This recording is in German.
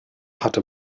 hatte